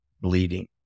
bleeding